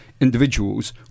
individuals